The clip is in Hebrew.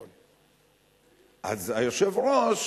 אז היושב-ראש,